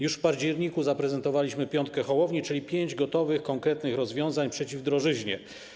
Już w październiku zaprezentowaliśmy piątkę Hołowni, czyli pięć gotowych, konkretnych rozwiązań przeciw drożyźnie.